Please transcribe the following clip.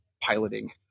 piloting